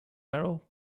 beryl